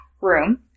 room